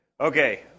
Okay